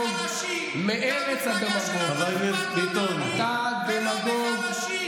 חבר הכנסת ביטון, אנחנו האזנו לך ברוב קשב.